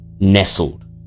Nestled